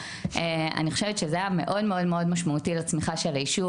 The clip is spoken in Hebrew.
אני חושבת שזה היה מאוד מאוד משמעותי לצמיחה של היישוב,